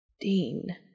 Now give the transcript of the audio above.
Dean